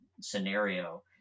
scenario